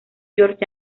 york